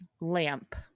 Lamp